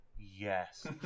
yes